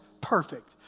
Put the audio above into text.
perfect